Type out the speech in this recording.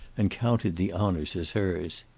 and counted the honors as hers.